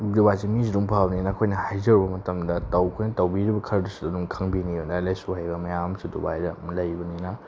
ꯗꯨꯕꯥꯏꯁꯦ ꯃꯤꯁꯨ ꯑꯗꯨꯝ ꯐꯕꯅꯤꯅ ꯑꯩꯈꯣꯏꯅ ꯍꯥꯏꯖꯔꯨꯕ ꯃꯇꯝꯗ ꯇꯧ ꯑꯩꯈꯣꯏꯅ ꯇꯧꯕꯤꯔꯤꯕ ꯈꯔꯗꯨꯁꯨ ꯑꯗꯨꯝ ꯈꯪꯕꯤꯅꯤ ꯂꯥꯏꯔꯤꯛ ꯂꯥꯏꯁꯨ ꯍꯩꯕ ꯃꯌꯥꯝ ꯑꯃꯁꯨ ꯗꯨꯕꯥꯏꯗ ꯂꯩꯕꯅꯤꯅ